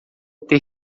ter